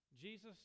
Jesus